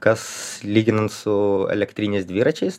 kas lyginant su elektriniais dviračiais